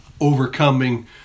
overcoming